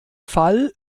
fall